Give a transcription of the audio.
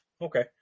Okay